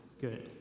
good